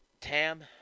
tam